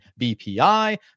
BPI